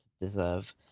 deserve